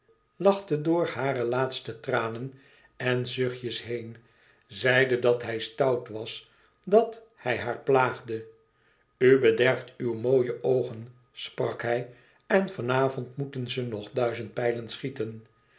door hare laatste tranen en zuchtjes heen zeide dat hij stout was dat hij haar plaagde u bederft uw mooie oogen sprak hij en van avond moeten ze nog duizend pijlen schieten